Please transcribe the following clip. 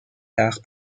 tard